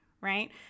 right